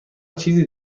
چیزی